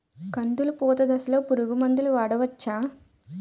కందులు పూత దశలో పురుగు మందులు వాడవచ్చా?